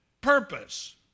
purpose